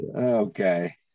Okay